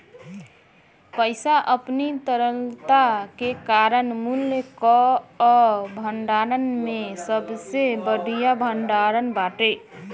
पईसा अपनी तरलता के कारण मूल्य कअ भंडारण में सबसे बढ़िया भण्डारण बाटे